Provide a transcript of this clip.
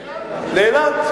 לאילת?